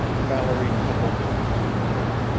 mallory tumbled to the truth then,